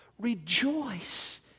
rejoice